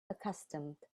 accustomed